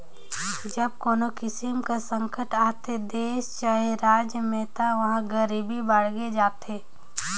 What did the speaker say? जब कोनो किसिम कर संकट आथे देस चहे राएज में ता उहां गरीबी बाड़गे जाथे